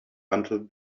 until